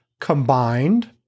combined